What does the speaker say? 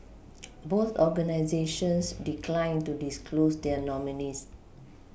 both organisations declined to disclose their nominees